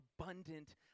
abundant